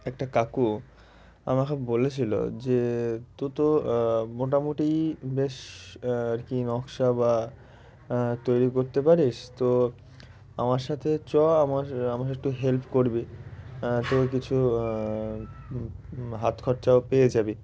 একটা কাকু আমাকে বলেছিলো যে তু তো মোটামুটি বেশ আর কি নকশা বা তৈরি করতে পারিস তো আমার সাথে চ আমার আমাকে একটু হেল্প করবি তুই কিছু হাত খরচাও পেয়ে যাবি